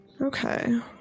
Okay